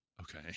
Okay